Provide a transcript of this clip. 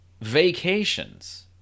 vacations